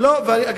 תהיה ועדת פנאן.